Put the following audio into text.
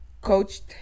coached